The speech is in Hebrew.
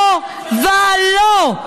לא ולא.